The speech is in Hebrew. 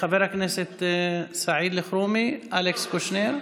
חברי הכנסת סעיד אלחרומי, אלכס קושניר,